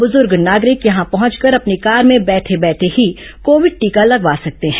ब्रज़्ग नागरिक यहां पहुंचकर अपनी कार में बैठे बैठे ही कोविड टीका लगवा सकते हैं